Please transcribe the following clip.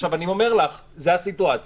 עכשיו, אני אומר לך: זו הסיטואציה.